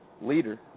leader